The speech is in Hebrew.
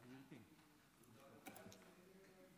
כבוד היו"ר,